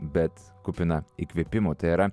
bet kupiną įkvėpimo tai yra